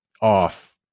off